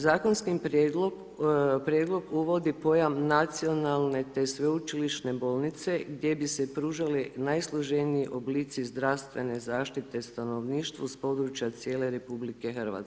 Zakonski prijedlog uvodi pojam nacionalne te sveučilišne bolnice gdje bi se pružali najsloženiji oblici zdravstvene zaštite stanovništvu iz područja cijele RH.